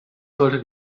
sollte